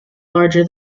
larger